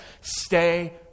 stay